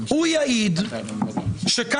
הוא יעיד שכאן,